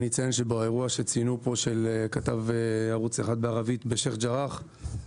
אציין באירוע שציינו פה של כתב ערוץ 1 בערבית בשייח ג'ראח,